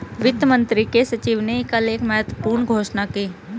वित्त मंत्री के सचिव ने कल एक महत्वपूर्ण घोषणा की